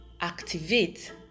activate